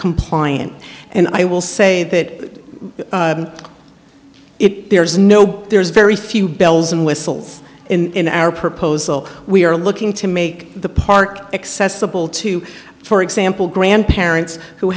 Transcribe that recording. compliant and i will say that it there is no there's very few bells and whistles in our proposal we are looking to make the park accessible to for example grandparents who